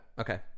okay